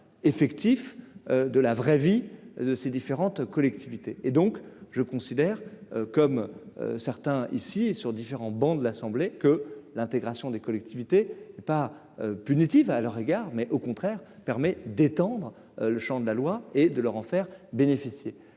effectif de la vraie vie de ces différentes collectivités et donc je considère comme certains ici et sur différents bancs de l'Assemblée, que l'intégration des collectivités et pas punitive à à leur égard, mais au contraire permet d'étendre le Champ de la loi et de leur en faire bénéficier